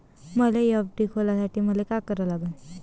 मले एफ.डी खोलासाठी मले का करा लागन?